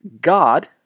God